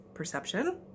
perception